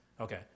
Okay